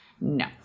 no